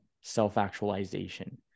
self-actualization